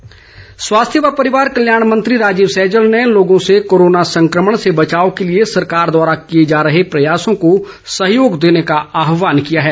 सैजल स्वास्थ्य व परिवार कल्याण मंत्री राजीव सैजल ने लोगों से कोरोना संक्रमण से बचाव के लिए सरकार द्वारा किए जा रहे प्रयासों को सहयोग देने का आहवान किया है